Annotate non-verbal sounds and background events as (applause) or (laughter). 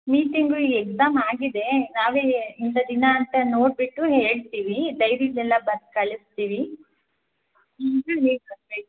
ಈ ತಿಂಗಳು ಎಕ್ಸಾಮ್ ಆಗಿದೆ ನಾವೇ ಇಂಥ ದಿನ ಅಂತ ನೋಡಿಬಿಟ್ಟು ಹೇಳ್ತೀವಿ ಡೈರಿಲಿ ಎಲ್ಲ ಬರ್ದು ಕಳಿಸ್ತೀವಿ (unintelligible)